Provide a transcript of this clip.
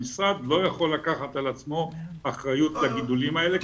המשרד לא יכול לקחת על עצמו אחריות לגידולים האלה